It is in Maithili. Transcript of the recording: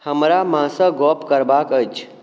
हमरा माँसँ गप करबाक अछि